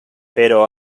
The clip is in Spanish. pero